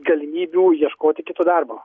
galimybių ieškoti kito darbo